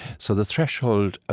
so the threshold, ah